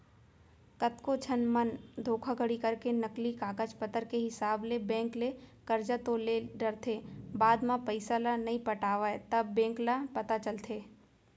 कतको झन मन धोखाघड़ी करके नकली कागज पतर के हिसाब ले बेंक ले करजा तो ले डरथे बाद म पइसा ल नइ पटावय तब बेंक ल पता चलथे